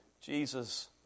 Jesus